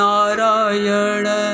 Narayana